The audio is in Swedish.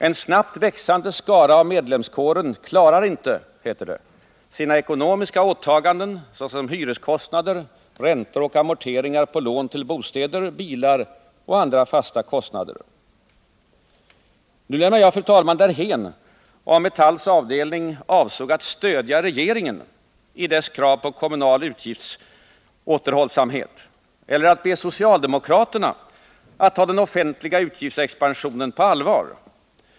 En snabbt växande skara av medlemskåren klarar inte sina ekonomiska åtaganden, såsom hyreskostnader, räntor och amorteringar på lån till bostäder, bilar och andra fasta kostnader.” Nu lämnar jag, fru talman, därhän om Metalls avdelning avsåg att stödja regeringen i dess krav på kommunal utgiftsåterhållsamhet eller att be socialdemokraterna att ta den offentliga utgiftsexpansionen på allvar.